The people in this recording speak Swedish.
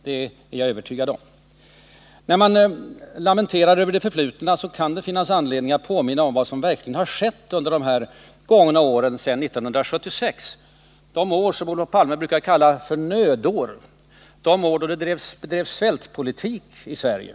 Det är jag övertygad om. När man lamenterar över det förflutna kan det finnas anledning att påminna om vad som verkligen har skett under de gångna åren sedan 1976 — de år som Olof Palme brukar kalla för ”nödår”, de år då det drevs en s.k. svältpolitik i Sverige.